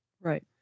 Right